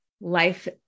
life